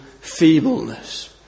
feebleness